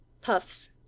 Puffs